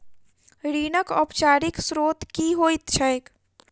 ऋणक औपचारिक स्त्रोत की होइत छैक?